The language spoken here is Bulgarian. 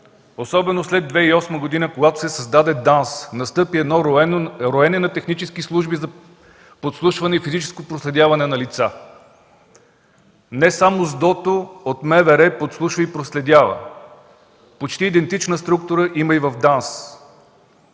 особено след 2008 г., когато бе създадена ДАНС, настъпи роене на технически служби за подслушване и физическо проследяване на лица. Не само СДОТО от МВР подслушва и проследява. Почти идентична структура има и в ДАНС.